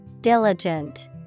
Diligent